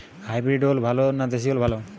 Hybrid ওল ভালো না দেশী ওল ভাল?